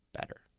better